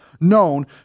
known